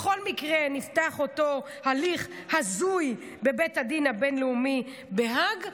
בכל מקרה נפתח אותו הליך הזוי בבית הדין הבין-לאומי בהאג,